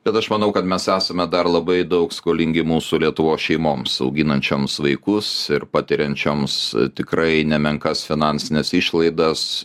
bet aš manau kad mes esame dar labai daug skolingi mūsų lietuvos šeimoms auginančioms vaikus ir patiriančioms tikrai nemenkas finansines išlaidas